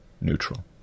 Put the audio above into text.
neutral